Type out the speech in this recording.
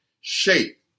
shape